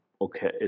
okay